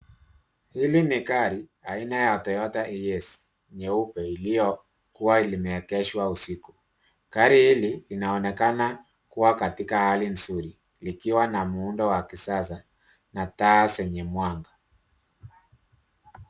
Hili ni gari aina ya Toyota Hearse iliyo kuwa imeegeshwa usiku. Gari hili linaonekana kuwa katika hali nzuri likiwa na muundo wa kisasa na taa zenye mwanga.